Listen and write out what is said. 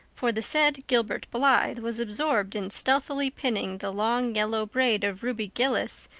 for the said gilbert blythe was absorbed in stealthily pinning the long yellow braid of ruby gillis,